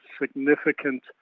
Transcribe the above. significant